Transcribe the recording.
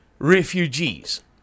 refugees